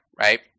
right